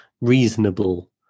reasonable